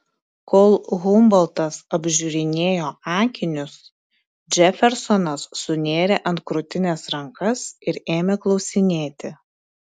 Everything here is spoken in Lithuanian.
kol humboltas apžiūrinėjo akinius džefersonas sunėrė ant krūtinės rankas ir ėmė klausinėti